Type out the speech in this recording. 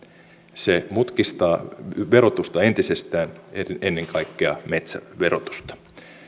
se mutkistaa verotusta entisestään ennen kaikkea metsäverotusta